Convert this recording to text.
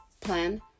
plan